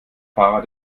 fahrer